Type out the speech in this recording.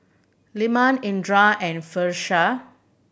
Leman Indra and Firash